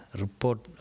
report